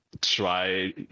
try